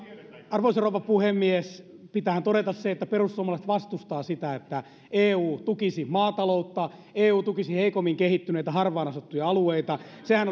arvoisa rouva puhemies pitäähän todeta se että perussuomalaiset vastustavat sitä että eu tukisi maataloutta eu tukisi heikommin kehittyneitä harvaan asuttuja alueita sehän